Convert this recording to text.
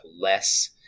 less